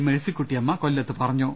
മേഴ്സിക്കുട്ടിയമ്മ കൊല്ലത്ത് പറഞ്ഞു